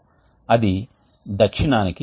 కాబట్టి సాధారణంగా ఇవి సఛిద్ర పదార్థం